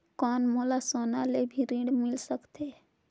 कौन मोला सोना ले भी ऋण मिल सकथे?